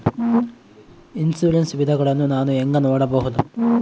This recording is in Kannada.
ಇನ್ಶೂರೆನ್ಸ್ ವಿಧಗಳನ್ನ ನಾನು ಹೆಂಗ ನೋಡಬಹುದು?